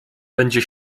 będzie